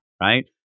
Right